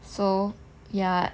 so ya